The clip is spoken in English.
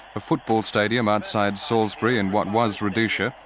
a football stadium outside salisbury in what was rhodesia,